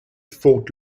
fort